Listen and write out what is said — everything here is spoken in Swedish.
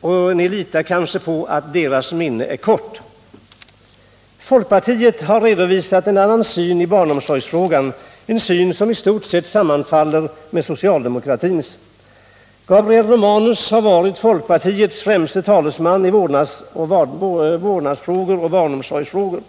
Och ni litar kanske på att deras minne är kort. Folkpartiet har redovisat en annan syn i barnomsorgsfrågan, en syn som i stort sett sammanfaller med socialdemokratins. Gabriel Romanus har varit folkpartiets främste talesman i vårdnadsfrågor och barnomsorgsfrågor.